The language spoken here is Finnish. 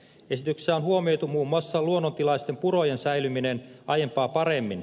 esityksessä on huomioitu muun muassa luonnontilaisten purojen säilyminen aiempaa paremmin